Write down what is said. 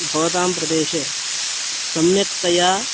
भवतां प्रदेशे सम्यक्तया